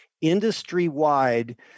Industry-wide